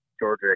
Georgia